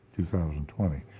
2020